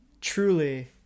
Truly